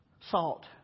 Salt